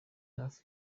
hafi